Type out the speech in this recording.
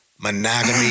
monogamy